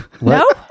No